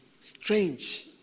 strange